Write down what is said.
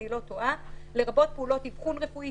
אם אני לא טועה לרבות פעולות אבחון רפואי,